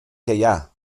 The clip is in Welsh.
gaeaf